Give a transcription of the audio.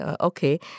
okay